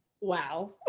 Wow